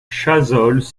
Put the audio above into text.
chazolles